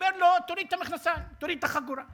אומר לו: תוריד את המכנסיים, תוריד את החגורה.